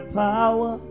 power